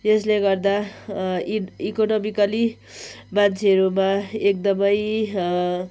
यसले गर्दा इन् इकोनोमिकल्ली मान्छेहरूमा एकदमै